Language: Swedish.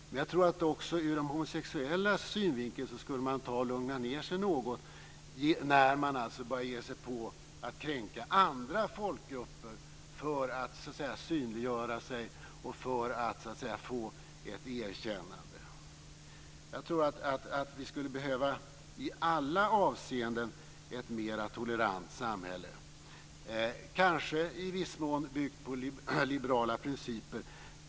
Men jag tror att man också ur de homosexuellas synvinkel skulle ta och lugna ned sig något när man börjar ge sig på att kränka andra folkgrupper för att så att säga synliggöra sig och för att få ett erkännande. Jag tror att vi i alla avseenden skulle behöva ett mer tolerant samhälle, kanske i viss mån byggt på liberala principer.